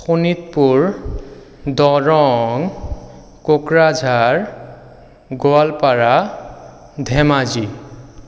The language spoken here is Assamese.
শোণিতপুৰ দৰং কোকৰাঝাৰ গোৱালপাৰা ধেমাজি